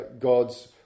God's